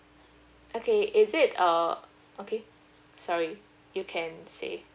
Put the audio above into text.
okay is it uh okay sorry you can say